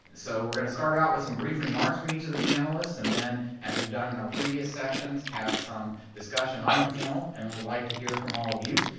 so we're gonna start out with some brief remarks from each of the panelists and then, as we've done in our previous sessions, have some discussion on the panel, and then we'd like to hear from all of you.